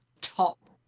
top